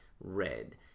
red